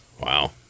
Wow